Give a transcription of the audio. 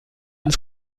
ins